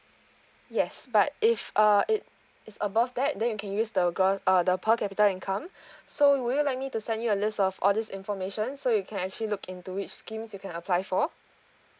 yes but if uh it is above that then you can use the gros~ uh the per capita income so would you like me to send you a list of all this information so you can actually look into which schemes you can apply for